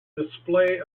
display